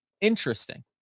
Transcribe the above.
interesting